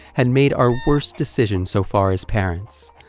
had made our worst decision so far as parents,